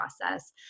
process